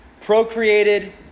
procreated